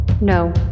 No